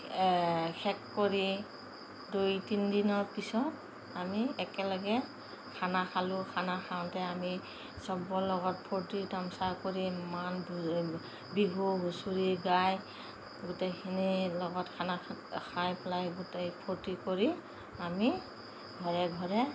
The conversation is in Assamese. শেষ কৰি দুই তিনি দিনৰ পিছত আমি একেলগে খানা খালোঁ খানা খাওঁতে আমি চবৰে লগত ফূৰ্তি তামাচা কৰি মান বিহু হুঁচৰি গাই গোটেইখিনিৰ লগত খানা খাই পেলাই গোটেই ফূৰ্তি কৰি আমি ঘৰে ঘৰে